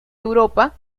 europa